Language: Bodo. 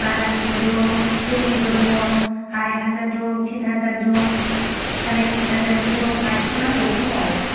बारानिबो दं खमनिबो दं आराय हाजार दं तिन हाजार दं साराय तिन हाजारसो दं मादिखौ नांगौ खमाव